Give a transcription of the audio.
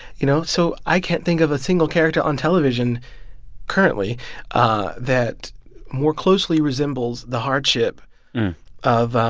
you know, so i can't think of a single character on television currently ah that more closely resembles the hardship of,